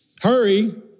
hurry